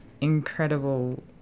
incredible